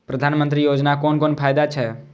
प्रधानमंत्री योजना कोन कोन फायदा छै?